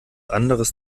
anderes